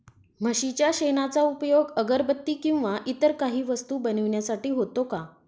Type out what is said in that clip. म्हशीच्या शेणाचा उपयोग अगरबत्ती किंवा इतर काही वस्तू बनविण्यासाठी होतो का?